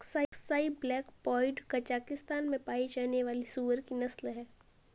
Aksai black pied Kazakhstan में पाया जाने वाली सूअर की नस्ल है